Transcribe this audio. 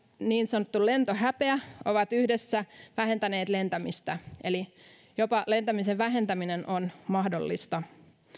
niin sanottu lentohäpeä ovat yhdessä vähentäneet lentämistä eli jopa lentämisen vähentäminen on mahdollista